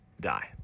die